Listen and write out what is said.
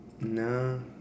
No